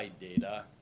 data